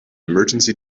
emergency